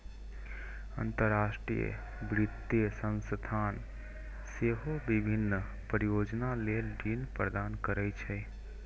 अंतरराष्ट्रीय वित्तीय संस्थान सेहो विभिन्न परियोजना लेल ऋण प्रदान करै छै